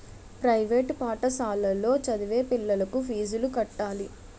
private పాఠశాలలో చదివే పిల్లలకు ఫీజులు కట్టాలి